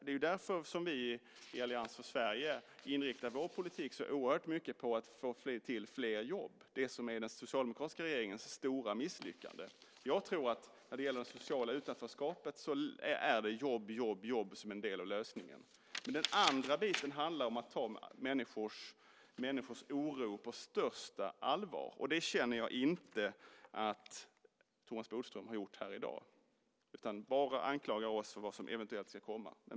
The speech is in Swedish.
Det är därför vi i Allians för Sverige så starkt inriktar vår politik på att få fram fler jobb, det som är den socialdemokratiska regeringens stora misslyckande. När det gäller det sociala utanförskapet är jobb, jobb, jobb en del av lösningen. Men det handlar också om att ta människors oro på största allvar, och det känner jag inte att Thomas Bodström gjort här i dag. I stället anklagar han oss för vad som eventuellt ska komma.